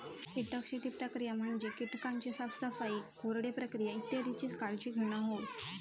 कीटक शेती प्रक्रिया म्हणजे कीटकांची साफसफाई, कोरडे प्रक्रिया इत्यादीची काळजी घेणा होय